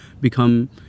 become